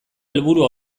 helburu